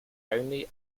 only